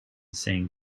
saying